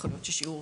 יכול להיות ששיעור,